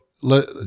let